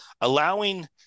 allowing